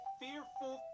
fearful